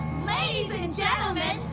ladies and gentlemen,